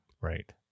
right